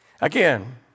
Again